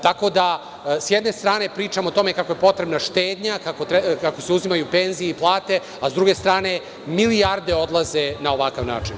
Tako da, s jedne strane pričamo o tome kako je potrebna štednja, kako se uzimaju penzije i plate, a s druge strane milijarde odlaze na ovakav način.